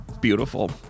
beautiful